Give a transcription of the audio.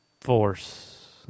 force